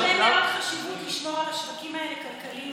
יש הרבה מאוד חשיבות לשמור את השווקים האלה כלכליים,